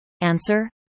Answer